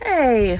Hey